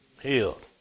Healed